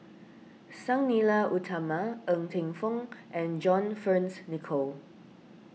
Sang Nila Utama Ng Teng Fong and John Fearns Nicoll